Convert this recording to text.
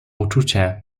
uczucie